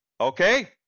okay